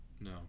no